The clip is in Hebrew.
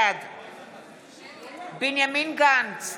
בעד בנימין גנץ,